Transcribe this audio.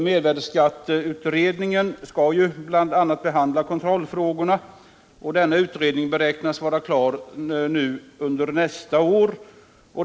Mervärdeskatteutredningen skall bl.a. behandla kontrollfrågorna, och denna utredning beräknas vara klar under nästa år.